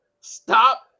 stop